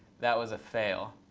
that was a fail.